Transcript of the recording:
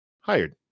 hired